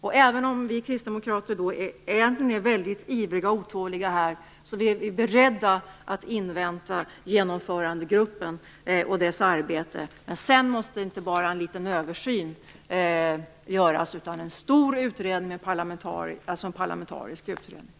Och även om vi kristdemokrater egentligen är väldigt ivriga och otåliga här är vi beredda att invänta Genomförandegruppen och dess arbete. Men sedan måste inte bara en liten översyn göras utan en stor parlamentarisk utredning.